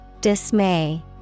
Dismay